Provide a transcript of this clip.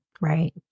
Right